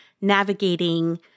navigating